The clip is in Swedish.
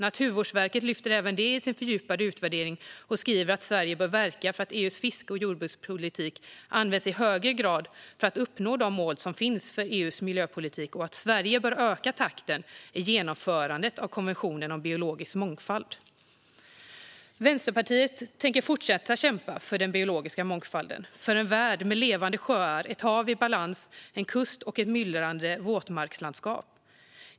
Naturvårdsverket lyfter även fram detta i sin fördjupade utvärdering och skriver att Sverige bör verka för att EU:s fiske och jordbrukspolitik i högre grad används för att uppnå de mål som finns för EU:s miljöpolitik och att Sverige bör öka takten i genomförandet av konventionen för biologisk mångfald. Vänsterpartiet tänker fortsätta att kämpa för den biologiska mångfalden, för en värld med levande sjöar, ett hav i balans, en kust och ett myllrande våtmarkslandskap.